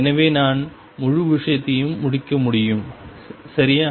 எனவே நாம் முழு விஷயத்தையும் முடிக்க முடியும் சரியா